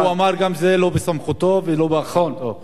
וגם הוא אמר שזה לא בסמכותו ולא באחריותו,